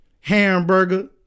Hamburger